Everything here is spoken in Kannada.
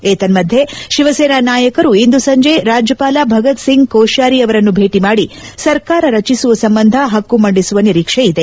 ಏತನ್ಮಧ್ಯೆ ಶಿವಸೇನಾ ನಾಯಕರು ಇಂದು ಸಂಜೆ ರಾಜ್ಯಪಾಲ ಭಗತ್ ಸಿಂಗ್ ಕೋಶ್ಚಾರಿ ಅವರನ್ನು ಭೇಟಿ ಮಾಡಿ ಸರ್ಕಾರ ರಚಿಸುವ ಸಂಬಂಧ ಹಕ್ಕು ಮಂಡಿಸುವ ನಿರೀಕ್ಷೆ ಇದೆ